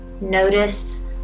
Notice